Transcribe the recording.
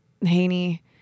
Haney